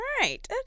right